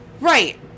right